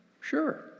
Sure